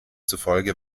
zufolge